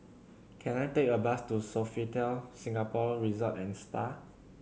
can I take a bus to Sofitel Singapore Resort and Spa